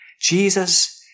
Jesus